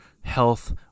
health